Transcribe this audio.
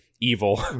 evil